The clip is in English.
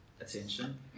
Attention